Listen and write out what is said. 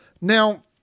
Now